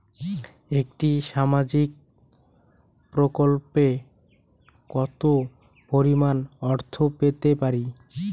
একটি সামাজিক প্রকল্পে কতো পরিমাণ অর্থ পেতে পারি?